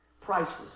Priceless